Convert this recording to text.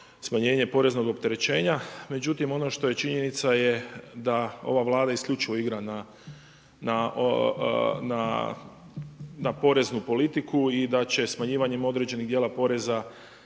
smanjenje poreznog opterećenja. Međutim, ono što je činjenica je da ova Vlada isključivo igra na poreznu politiku i da će smanjivanjem određenih dijela poreza